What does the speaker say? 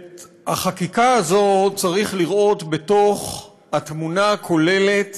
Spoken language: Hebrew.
את החקיקה הזאת צריך לראות בתוך התמונה הכוללת